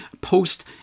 post